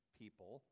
people